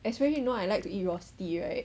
especially you know I like to eat rosti right